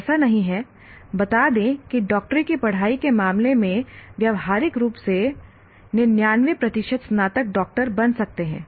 ऐसा नहीं है बता दें कि डॉक्टरी की पढ़ाई के मामले में व्यावहारिक रूप से 99 प्रतिशत स्नातक डॉक्टर बन सकते हैं